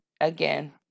Again